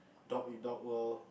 dog eat dog world